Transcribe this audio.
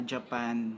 Japan